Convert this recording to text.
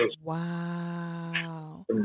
wow